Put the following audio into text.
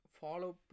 follow